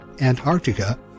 Antarctica